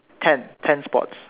ten ten spots